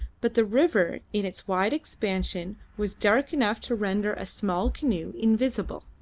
but the river in its wide expansion was dark enough to render a small canoe invisible.